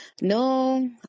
No